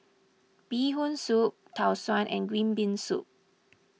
Bee Hoon Soup Tau Suan and Green Bean Soup